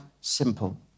simple